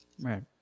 Right